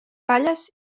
falles